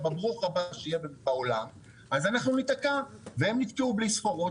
ב'ברוך' הבא אז אנחנו נתקע והם נתקעו בלי סחורות